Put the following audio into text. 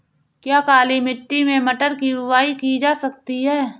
क्या काली मिट्टी में मटर की बुआई की जा सकती है?